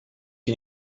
che